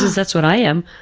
that's what i am.